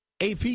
AP